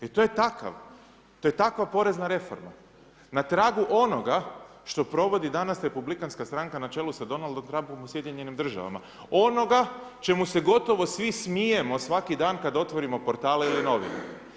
Jer to je takva porezna reforma, na tragu onoga što provodi danas republikanska stranka na čelu sa Donaldom Trumpom u SAD-u, onoga čemu se gotovo svi smijemo svaki dan kad otvorimo portale ili novine.